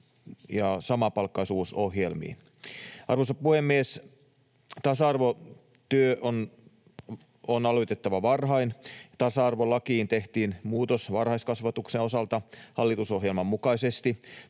ja samapalkkaisuusohjelmiin. Arvoisa puhemies! Tasa-arvotyö on aloitettava varhain. Tasa-arvolakiin tehtiin muutos varhaiskasvatuksen osalta hallitusohjelman mukaisesti.